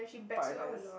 partners